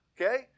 Okay